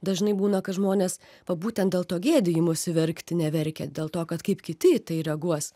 dažnai būna kad žmonės va būtent dėl to gėdijimosi verkti neverkia dėl to kad kaip kiti į tai reaguos